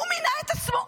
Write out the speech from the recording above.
הוא מינה את עצמו.